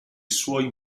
suoi